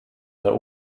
der